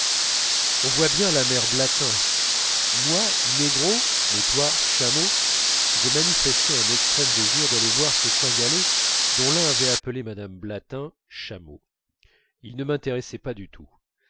on voit bien la mère blatin moi négro mais toi chameau je manifestai un extrême désir d'aller voir ces cynghalais dont l'un avait appelé mme blatin chameau ils ne m'intéressaient pas du tout